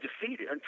defeated